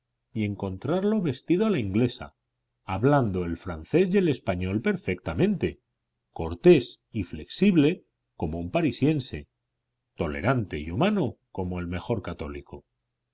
y encontrarlo vestido a la inglesa hablando el francés y el español perfectamente cortés y flexible como un parisiense tolerante y humano como el mejor católico